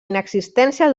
inexistència